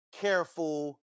careful